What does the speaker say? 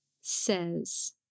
says